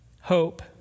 hope